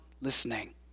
listening